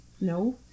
No